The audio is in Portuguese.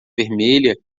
vermelha